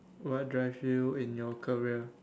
what drives you in your career